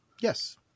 Yes